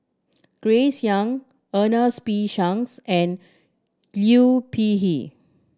Grace Young Ernest P Shanks and Liu Peihe